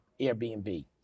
Airbnb